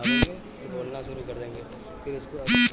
Loan लेवे खातीर का का लगी?